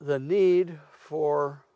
the need for